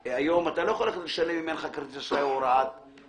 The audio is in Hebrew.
היום אתה לא יכול לשלם אם אין לך כרטיס אשראי או הוראת קבע,